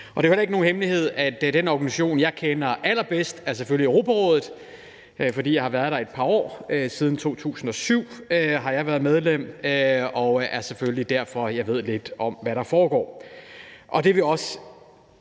Det er jo ikke nogen hemmelighed, at den organisation, jeg kender allerbedst, er Europarådet, fordi jeg har været der et par år. Siden 2007 har jeg været medlem, og det er selvfølgelig derfor, jeg ved lidt om, hvad der foregår.